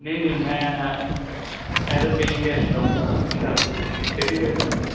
ਨਹੀਂ ਨਹੀਂ ਮੈਂ ਐਜ਼ ਆ ਪੇਇੰਗ ਗੈਸਟ ਰਹੂੰਗਾ ਹੁਸ਼ਿਆਰਪੁਰ 'ਚ ਸਿਟੀ ਦੇ ਵਿੱਚ ਰਹੂੰਗਾ